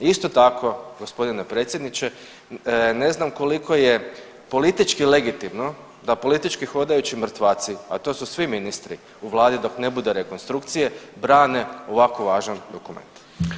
Isto tako g. predsjedniče ne znam koliko je politički legitimno da politički hodajući mrtvaci, a to su svi ministri u vladi dok ne bude rekonstrukcije brane ovako važan dokument.